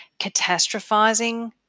catastrophizing